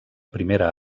primera